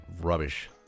rubbish